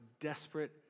desperate